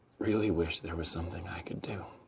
really wish there was something i could do.